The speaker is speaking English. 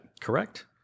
Correct